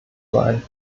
sein